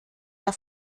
der